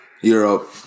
Europe